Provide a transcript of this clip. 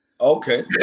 Okay